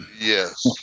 yes